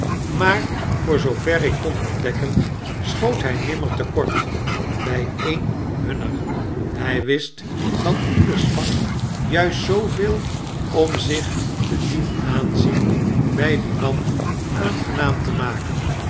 maar voor zoover ik kon ontdekken schoot hy nimmer te kort by een hunner hy wist van ieders vak juist zooveel om zich te dien aanzien by dien man aangenaam te maken